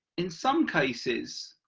in some cases,